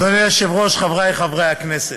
אדוני היושב-ראש, חברי חברי הכנסת,